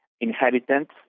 inhabitants